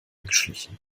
geschlichen